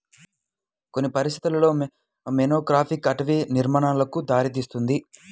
కొన్ని పరిస్థితులలో మోనోక్రాపింగ్ అటవీ నిర్మూలనకు దారితీస్తుంది